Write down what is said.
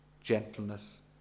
gentleness